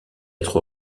être